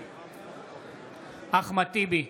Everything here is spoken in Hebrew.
נגד אחמד טיבי,